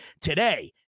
Today